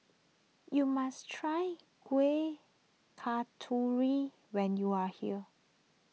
you must try Kuih Kasturi when you are here